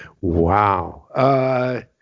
Wow